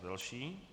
Další.